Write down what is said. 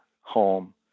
home